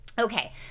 Okay